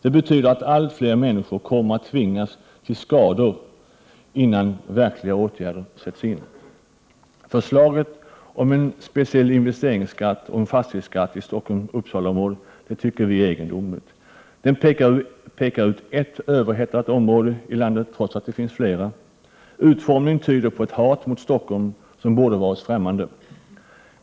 Det betyder att allt fler människor kommer att tvingas till skador innan verkliga åtgärder sätts in. Förslaget om en speciell investeringsskatt och en fastighetsskatt i Stockholm —Uppsala-området är egendomligt. Den pekar ut ett överhettat område i landet trots att det finns flera. Utformningen tyder på ett hat mot Stockholm som borde vara främmande.